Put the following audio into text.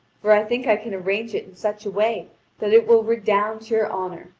for i think i can arrange it in such a way that it will redound to your honour,